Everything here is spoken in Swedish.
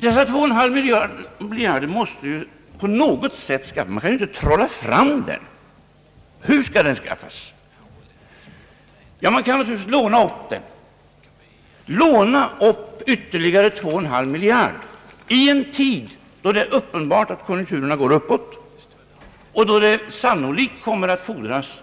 Dessa två och en halv miljarder måste ju på något sätt skaffas. Man kan ju inte trolla fram dem. Hur skall de skaffas fram? Man kan naturligtvis låna upp beloppet. Låna upp ytterligare två och en halv miljarder kronor i en tid då det är uppenbart att konjunkturerna går uppåt och då det sannolikt kommer att fordras